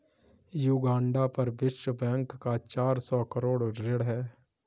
Uganda पर विश्व bank का चार सौ करोड़ ऋण है